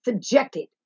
subjected